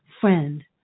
friend